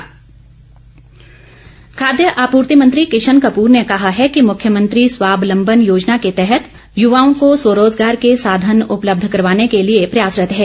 किशन कपूर खाद्य आपूर्ति मंत्री किशन कपूर ने कहा है कि मुख्यमंत्री स्वावलम्बन योजना के तहत युवाओं को स्वरोजगार के साधन उपलब्ध करवाने के लिए प्रयासरत है